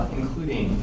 Including